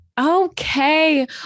Okay